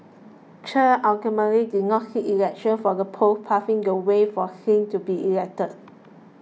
Chen ultimately did not seek election for the post paving the way for Singh to be elected